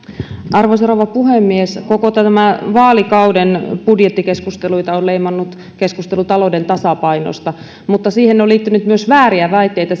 arvoisa rouva puhemies koko tämän vaalikauden budjettikeskusteluita on leimannut keskustelu talouden tasapainosta mutta siihen on liittynyt myös vääriä väitteitä